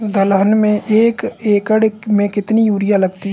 दलहन में एक एकण में कितनी यूरिया लगती है?